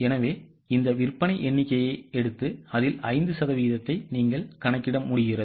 எனவே இந்த விற்பனை எண்ணிக்கையை எடுத்து அதில் 5 சதவீதத்தை நீங்கள் கணக்கிட முடிகிறது